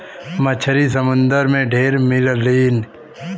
मछरी समुंदर में ढेर मिललीन